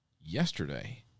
yesterday